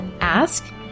Ask